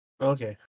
Okay